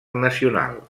nacional